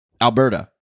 Alberta